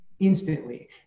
instantly